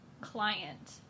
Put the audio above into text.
client